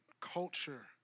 culture